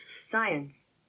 Science